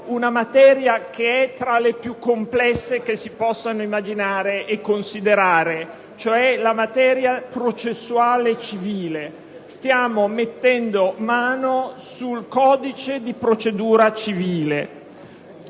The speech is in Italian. una materia che è tra le più complesse che si possano immaginare e considerare, cioè la materia processuale civile. Stiamo intervenendo sul codice di procedura civile.